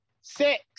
six